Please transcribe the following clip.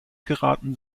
geraten